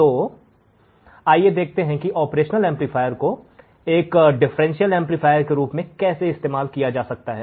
तो आइए देखते हैं कि ऑपरेशनल एम्पलीफायर को एक डिफरेंशियल एम्पलीफायर के रूप में कैसे इस्तेमाल किया जा सकता है